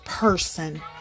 person